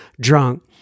drunk